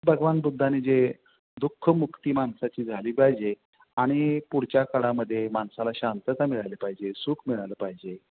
भगवान बुद्धाने जे दुःखमुक्ती माणसाची झाली पाहिजे आणि पुढच्या काळामध्ये माणसाला शांतता मिळायला पाहिजे सुख मिळालं पाहिजे